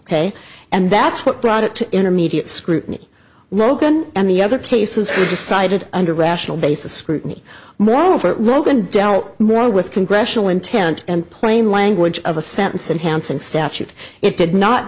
ok and that's what brought it to intermediate scrutiny logan and the other cases decided under rational basis scrutiny moreover that logan dealt more with congressional intent and plain language of a sentence and hansen statute it did not